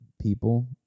people